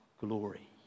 glory